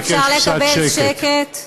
חברים, אפשר לקבל שקט?